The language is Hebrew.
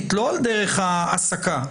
לא על דרך ההסקה,